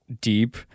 deep